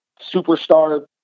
superstar